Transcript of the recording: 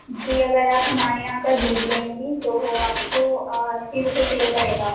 جی اگر آپ ہمارے یہاں کا دودھ لیں گی تو وہ آپ کو اسی روپے کلو پڑے گا